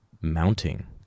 mounting